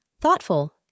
Thoughtful